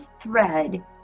thread